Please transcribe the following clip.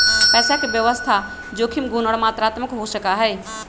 पैसा के व्यवस्था जोखिम गुण और मात्रात्मक हो सका हई